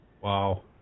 Wow